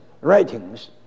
writings